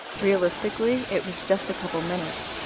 realistically, it was just a couple minutes,